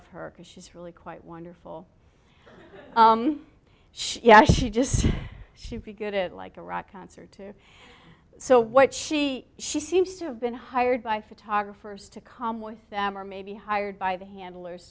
of her because she's really quite wonderful she yeah she just she be good at like a rock concert too so what she she seems to have been hired by photographers to come with them or maybe hired by the handlers